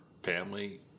family